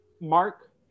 mark